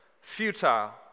futile